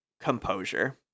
composure